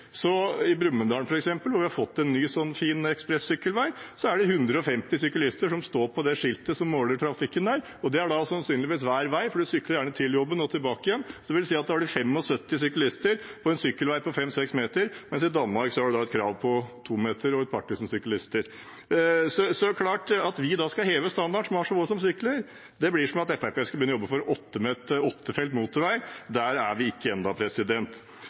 I Brumunddal f.eks., hvor vi har fått en ny, fin ekspress-sykkelvei, står det på det skiltet som måler trafikken der, at det er 150 syklister som bruker den, og det er da sannsynligvis hver vei, for man sykler gjerne til jobben og tilbake igjen. Det vil si at da har man 75 syklister på en sykkelvei på 5–6 meter, mens i Danmark har man et krav på 2 meter og et par tusen syklister. At vi da skal heve standarden, vi som har så få som sykler, blir som at Fremskrittspartiet skal begynne å jobbe for åtte felts motorvei. Der er vi ikke